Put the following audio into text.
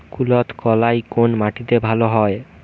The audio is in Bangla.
কুলত্থ কলাই কোন মাটিতে ভালো হয়?